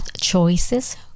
choices